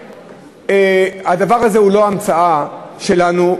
הדבר הזה הוא לא המצאה שלנו.